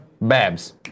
Babs